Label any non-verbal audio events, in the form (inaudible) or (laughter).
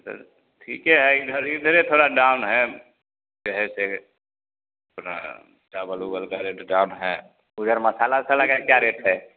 तो ठीक है इधर ही इधर थोड़ा डाउन है (unintelligible) थोड़ा चावल उवल का रेट डाउन है उधर मसाला उसाला का क्या रेट है